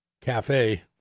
cafe